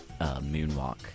moonwalk